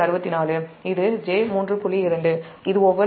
264 இது j3